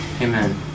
Amen